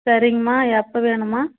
சரிங்கம்மா எப்போ வேணும்மா